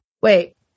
Wait